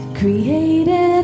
created